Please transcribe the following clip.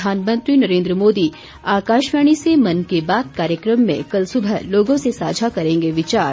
प्रधानमंत्री नरेंद्र मोदी आकाशवाणी से मन की बात कार्यक्रम में कल सुबह लोगों से साझा करेंगे विचार